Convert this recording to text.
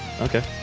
Okay